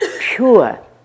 pure